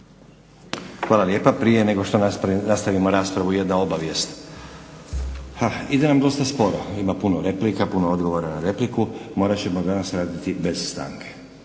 Hvala lijepa. Prije nego što nastavimo raspravu jedna obavijest. Ide nam dosta sporo, ima puno replika, puno odgovora na repliku morat ćemo danas raditi bez stanke